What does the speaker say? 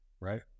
right